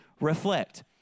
reflect